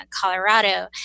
Colorado